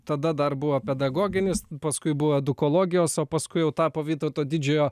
tada dar buvo pedagoginis paskui buvo edukologijos o paskui jau tapo vytauto didžiojo